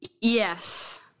Yes